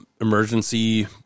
emergency